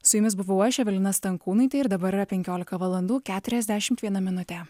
su jumis buvau aš evelina stankūnaitė ir dabar yra penkiolika valandų keturiasdešimt viena minutė